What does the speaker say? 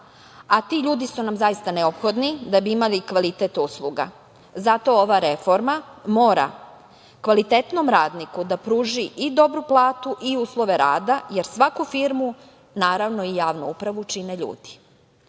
a ti ljudi su nam zaista neophodni da bi imali kvalitet usluga. Zato ova reforma mora kvalitetnom radniku da pruži i dobru platu i uslove rada, jer svaku firmu, naravno i javnu upravu, čine ljudi. Da